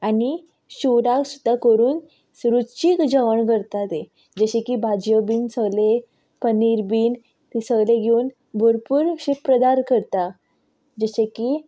आनी शिवराक सुद्दां करून रुचीक जेवण करता तें जशें की भाजयो बीन सगलें पनीर बीन तें सगलें घेवन भरपूर पदार्थ करता जशें की